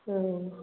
हाँ